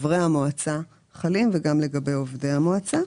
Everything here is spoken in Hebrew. אם מדובר בעובד המשרד,